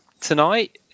tonight